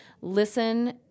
listen